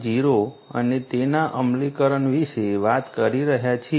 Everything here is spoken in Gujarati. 0 અને તેના અમલીકરણ વિશે વાત કરી રહ્યા છીએ